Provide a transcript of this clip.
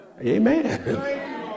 Amen